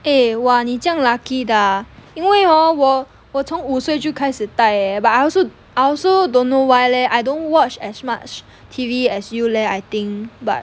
eh !wah! 你这样 lucky 的因为 hor 我我从五岁就开始戴 eh but I also I also don't know why leh I don't watch as much T_V as you leh I think but